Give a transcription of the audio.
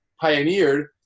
pioneered